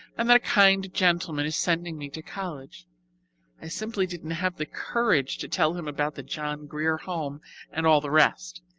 and that a kind gentleman is sending me to college i simply didn't have the courage to tell him about the john grier home and all the rest.